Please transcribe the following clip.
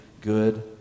good